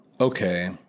okay